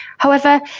however,